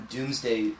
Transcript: Doomsday